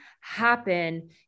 happen